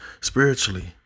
spiritually